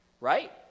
right